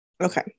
Okay